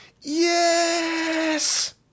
Yes